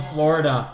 Florida